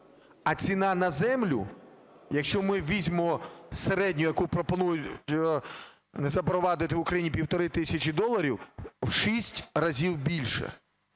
А ціна на землю, якщо ми візьмемо середню, яку пропонують запровадити в Україні, півтори тисячі доларів – у 6 разів більше.